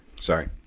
Sorry